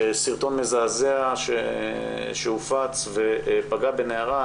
סרטון מזעזע שהופץ ופגע בנערה.